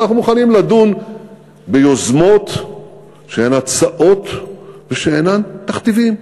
ואנחנו מוכנים לדון ביוזמות שהן הצעות ושאינן תכתיבים.